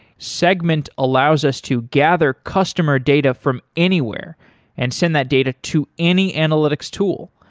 segment allows us to gather customer data from anywhere and send that data to any analytics tool.